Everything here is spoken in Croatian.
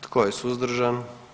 Tko je suzdržan?